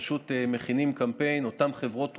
פשוט מכינים קמפיין, אותן חברות תרופות.